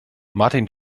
martin